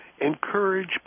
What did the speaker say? encourage